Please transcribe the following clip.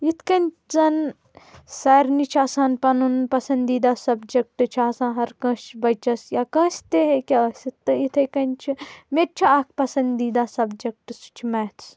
یِتھ کَنۍ زَن سارِنٕے چھِ آسان پَنُن پسنٛدیٖدہ سَبجَکٹ چھِ آسان ہر کٲنٛسہِ بَچَس یا کٲنٛسہِ تہِ ہٮ۪کہِ ٲسِتھ تہٕ یِتھے کَنۍ چھِ مےٚ تہِ چھُ اَکھ پسنٛدیٖدہ سَبجَکٹ سُہ چھُ میتھٕز